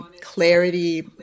clarity